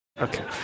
Okay